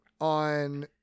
on